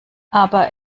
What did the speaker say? aber